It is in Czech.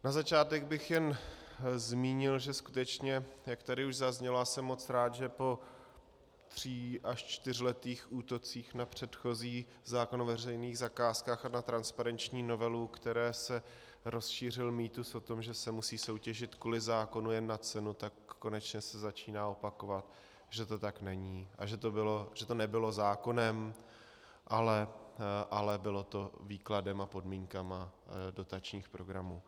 Na začátek bych jen zmínil, že skutečně, jak tady už zaznělo, a jsem moc rád, že po tří až čtyřletých útocích na předchozí zákon o veřejných zakázkách a na transparentní novelu, o které se rozšířil mýtus o tom, že se musí soutěžit kvůli zákonu jen na cenu, tak konečně se začíná opakovat, že to tak není a že to nebylo zákonem, ale bylo to výkladem a podmínkami dotačních programů.